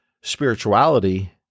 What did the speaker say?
spirituality